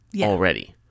already